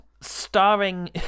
starring